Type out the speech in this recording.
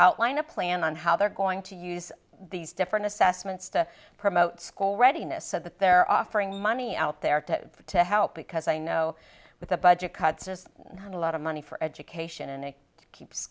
outline a plan on how they're going to use these different assessments to promote school readiness so that they're offering money out there to to help because i know with the budget cuts just one lot of money for education and they keep